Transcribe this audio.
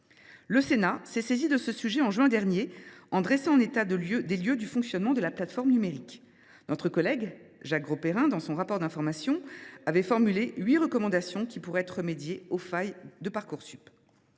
Le Sénat s’est saisi de ce sujet en juin dernier, en dressant un état des lieux du fonctionnement de la plateforme numérique. Notre collègue Jacques Grosperrin, dans son rapport d’information, a formulé huit recommandations qui pourraient remédier aux failles de Parcoursup.